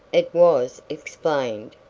it was explained,